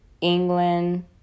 England